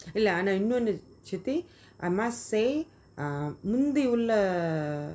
இல்ல அனா இன்னோனு city ana inonu chitti I must say uh முந்தி உள்ள:munthi ulla